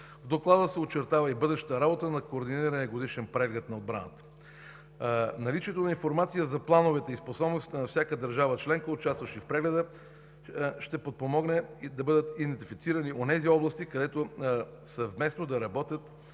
В Доклада се очертава и бъдещата работа на координирания годишен преглед на отбраната. Наличието на информация за плановете и способностите на всяка държава членка, участваща в прегледа, ще подпомогне да бъдат идентифицирани онези области, където съвместно да работят